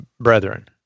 brethren